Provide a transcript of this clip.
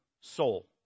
soul